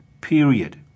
period